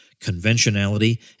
conventionality